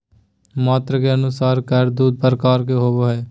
मात्रा के अनुसार कर दू प्रकार के होबो हइ